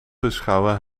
beschouwen